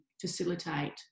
facilitate